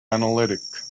analytic